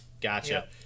Gotcha